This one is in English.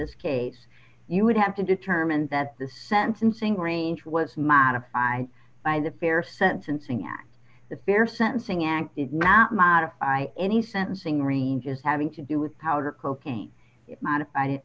this case you would have to determine that the sentencing range was modified by the fair sentencing at the fair sentencing acted not modify any sentencing ranges having to do with powder cocaine